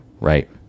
Right